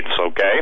okay